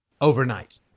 overnight